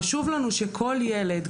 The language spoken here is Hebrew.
חשוב לנו שכל ילד,